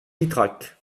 ytrac